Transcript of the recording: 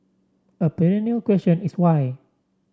a perennial question is why